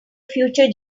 future